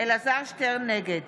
נגד